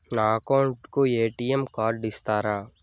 నా అకౌంట్ కు ఎ.టి.ఎం కార్డును ఇస్తారా